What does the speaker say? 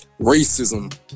racism